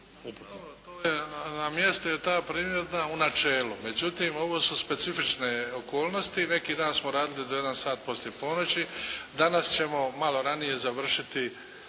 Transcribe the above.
Na mjestu je ta primjedba u načelu. Međutim, ovo su specifične okolnosti. Neki dan smo radili do jedan sat poslije ponoći. Danas ćemo malo ranije završiti